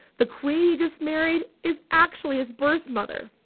the queen he just married is actually his birth mother!